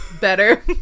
better